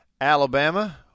Alabama